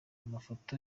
amafoto